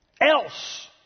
else